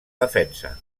defensa